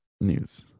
news